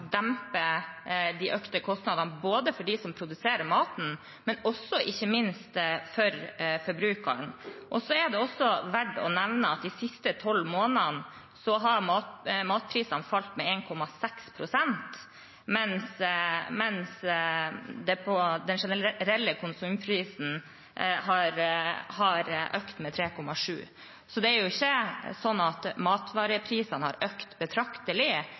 som produserer maten, og ikke minst for forbrukeren. Det er også verdt å nevne at de siste tolv månedene har matprisene falt med 1,6 pst., mens den generelle konsumprisen har økt med 3,7 pst. Det er ikke sånn at matvareprisene har økt betraktelig,